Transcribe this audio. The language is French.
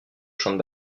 champ